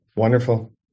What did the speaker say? Wonderful